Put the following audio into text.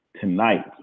tonight